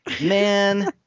man